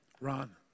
Ron